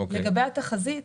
לגבי התחזית,